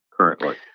currently